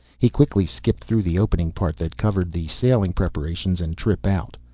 he quickly skipped through the opening part that covered the sailing preparations and trip out.